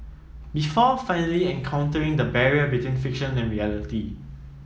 before finally encountering the barrier between fiction and reality